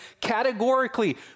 categorically